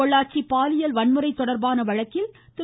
பொள்ளாச்சி பாலியல் வன்முறை தொடர்பான வழக்கில் திரு